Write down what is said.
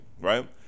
right